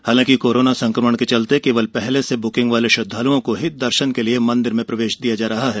हालाँकि कोरोना संक्रमण के चलते केवल पहले से बुकिंग वाले श्रद्वालुओं को ही दर्शन के लिए मंदिर में प्रवेश दिया जा रहा है